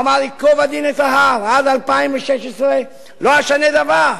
אמר: ייקוב הדין את ההר, עד 2016 לא אשנה דבר.